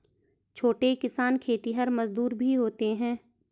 छोटे किसान खेतिहर मजदूर भी होते हैं